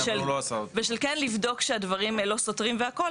ושל כן לבדוק שהדברים לא סותרים וכו',